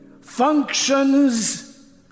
functions